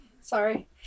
sorry